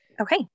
Okay